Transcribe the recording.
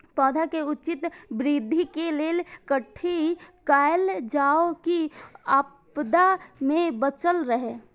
पौधा के उचित वृद्धि के लेल कथि कायल जाओ की आपदा में बचल रहे?